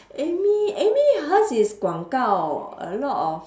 amy amy hers is 广告：guang gao a lot of